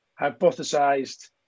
hypothesized